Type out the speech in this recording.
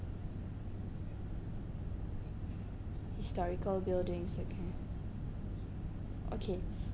historical buildings okay okay